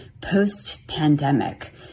post-pandemic